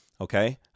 okay